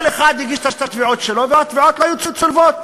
כל אחד הגיש את התביעות שלו והתביעות לא היו צולבות.